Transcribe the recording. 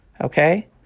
Okay